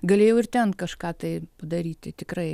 galėjau ir ten kažką tai padaryti tikrai